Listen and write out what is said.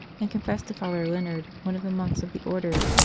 and confessed to father leonard, one of the monks of the order.